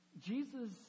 Jesus